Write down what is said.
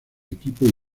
equipo